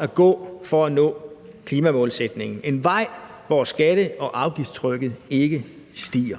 at gå for at nå klimamålsætningen; en vej, hvor skatte- og afgiftstrykket ikke stiger.